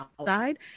outside